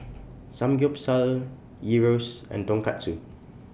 Samgyeopsal Gyros and Tonkatsu